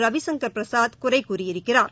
ரவிசங்கர் பிரசாத் குறை கூறியிருக்கிறார்